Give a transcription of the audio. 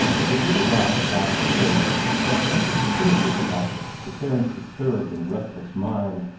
there did arrive at last a day which had something definitive about it to theron's disturbed and restless mind.